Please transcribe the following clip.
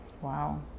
Wow